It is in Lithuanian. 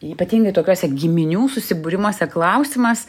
ypatingai tokiose giminių susibūrimuose klausimas